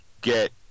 get